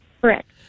correct